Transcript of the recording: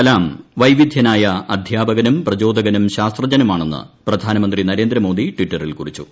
കലാം വൈവിധ്യനായ അധ്യാപകനും പ്രചോദകനും ശാസ്ത്രജ്ഞനുമാണെന്ന് പ്രധാനമന്ത്രി നരേന്ദ്രമോദി ട്ടിറ്ററിൽ കൂറിച്ചു